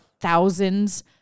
thousands